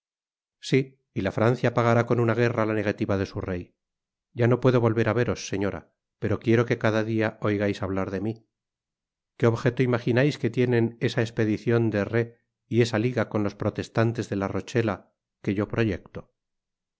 sí y la francia pagará con una guerra la negativa de su rey ya no puedo volver á veros señora pero quiero que cada dia oigais hablar de mí qué objeto imaginais que tienen esa espedicion de rhé y esta liga con los protestantes de la rochela que yo proyecto